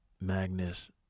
Magnus